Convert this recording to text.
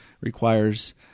requires